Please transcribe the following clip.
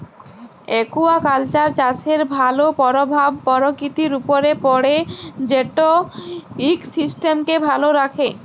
aquaculture চাষের ভালো পরভাব পরকিতির উপরে পড়ে যেট ইকসিস্টেমকে ভালো রাখ্যে